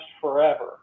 forever